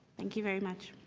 thank you very much.